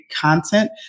content